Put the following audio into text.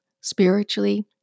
spiritually